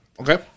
Okay